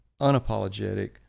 unapologetic